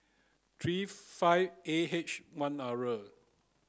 three five A H one R row